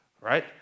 right